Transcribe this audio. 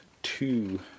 two